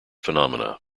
phenomena